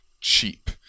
cheap